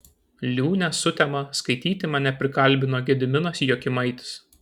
liūnę sutemą skaityti mane prikalbino gediminas jokimaitis